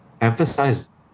emphasize